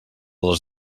les